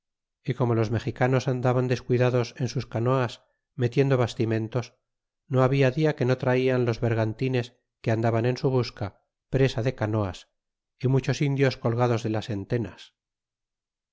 y como los mexicanos andaban descuidados en sus canoas metiendo bastimentos no habita dia que no traian los bergantines que andaban en su busca presa de canoas y muchos indios colgados de las entenas